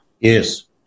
Yes